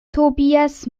tobias